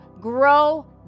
grow